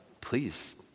Please